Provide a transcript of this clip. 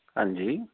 ਹਾਂਜੀ